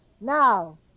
Now